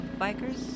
bikers